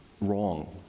wrong